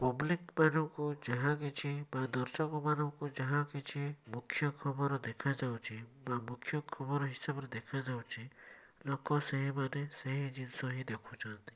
public ମାନଙ୍କୁ ଯାହା କିଛି ବା ଦର୍ଶକମାନଙ୍କୁ ଯାହା କିଛି ମୁଖ୍ୟ ଖବର ଦେଖାଯାଉଛି ବା ମୁଖ୍ୟ ଖବର ହିସାବରେ ଦେଖାଯାଉଛି ଲୋକ ସେହିମାନେ ସେହି ଜିନିଷ ହିଁ ଦେଖୁଛନ୍ତି